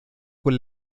con